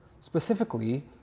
specifically